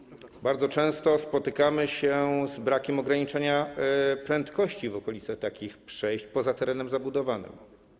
Bardzo często spotykamy się z brakiem ograniczenia prędkości w okolicach takich przejść poza terenem zabudowanym.